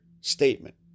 statement